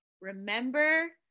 remember